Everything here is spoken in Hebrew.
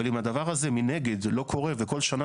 אבל אם הדבר הזה מנגד לא קורה וכל שנה